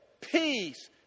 peace